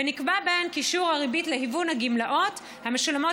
ונקבע בהן כי שיעור הריבית להיוון הגמלאות המשולמות